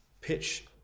Pitch